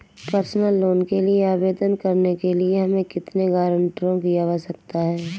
Personal loan के लिए आवेदन करने के लिए हमें कितने गारंटरों की आवश्यकता है?